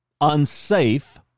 unsafe